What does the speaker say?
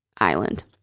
island